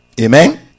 Amen